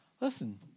listen